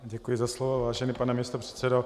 Děkuji za slovo, vážený pane místopředsedo.